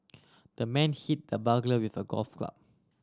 the man hit the burglar with a golf club